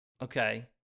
Okay